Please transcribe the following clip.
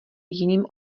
jiným